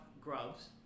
grubs